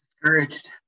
discouraged